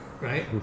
Right